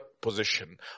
position